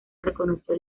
reconoció